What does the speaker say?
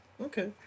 Okay